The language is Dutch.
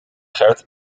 gert